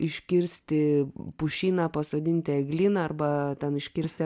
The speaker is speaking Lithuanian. iškirsti pušyną pasodinti eglyną arba ten iškirsti